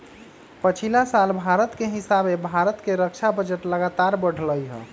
पछिला साल के हिसाबे भारत के रक्षा बजट लगातार बढ़लइ ह